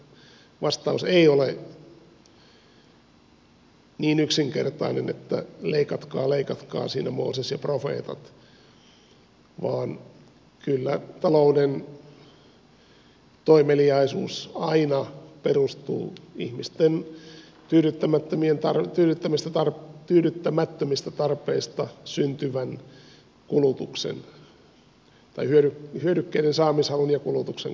vastaus ei ole niin yksinkertainen että leikatkaa leikatkaa siinä mooses ja profeetat vaan kyllä talouden toimeliaisuus aina perustuu ihmisten tyydyttämättömistä tarpeista syntyvän hyödykkeiden saamishalun ja kulutuksen kasvuun